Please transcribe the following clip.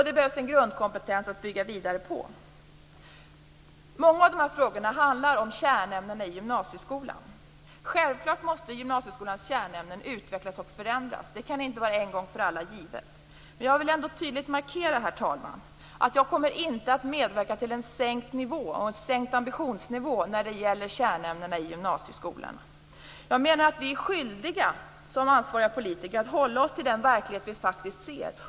Det behövs en grundkompetens att bygga vidare på. Många av frågorna handlar om kärnämnena i gymnasieskolan. Självfallet måste gymnasieskolans kärnämnen utvecklas och förändras. Det kan inte vara en gång för alla givet. Men jag vill ändå tydligt markera, herr talman, att jag inte kommer att medverka till en sänkt nivå och en sänkt ambitionsnivå när det gäller kärnämnena i gymnasieskolan. Jag menar att vi som ansvariga politiker är skyldiga att hålla oss till den verklighet som vi faktiskt ser.